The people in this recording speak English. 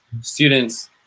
students